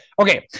Okay